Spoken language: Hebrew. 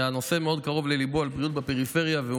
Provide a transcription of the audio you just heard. שהנושא של בריאות בפריפריה מאוד קרוב לליבו,